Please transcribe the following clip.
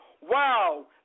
Wow